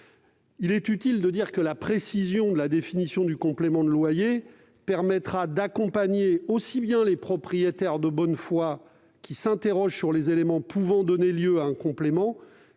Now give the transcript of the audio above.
secteur géographique. La précision de la définition du complément de loyer permettra d'accompagner aussi bien les propriétaires de bonne foi, qui s'interrogent sur les éléments pouvant donner lieu à un complément,